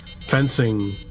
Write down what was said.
fencing